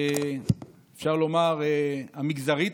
אפשר לומר המגזרית,